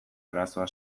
arazoa